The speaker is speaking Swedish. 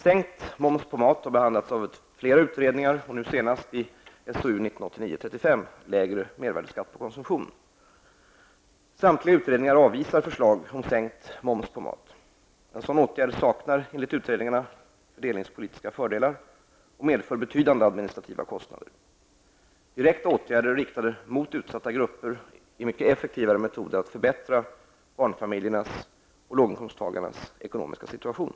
Sänkt mervärdeskatt på mat har behandlats av flera utredningar och nu senast i SOU 1989:35 ''Lägre mervärdeskatt på konsumtion''. Samtliga utredningar avvisar förslag om sänkt moms på mat. En sådan åtgärd saknar enligt utredningarna fördelningspolitiska fördelar och medför betydande administrativa kostnader. Direkta åtgärder riktade mot utsatta grupper är mycket effektivare metoder att förbättra barnfamiljernas och låginkomsttagarnas ekonomiska situation.